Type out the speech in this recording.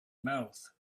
mouth